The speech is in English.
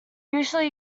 usually